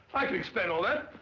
i can explain all this.